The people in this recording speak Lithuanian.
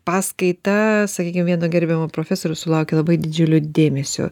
paskaita sakykim vieno gerbiamo profesorius sulaukė labai didžiulio dėmesio